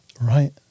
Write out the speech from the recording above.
Right